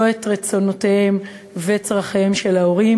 לא את רצונותיהם ואת צורכיהם של ההורים